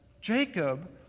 Jacob